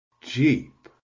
Jeep